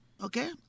okay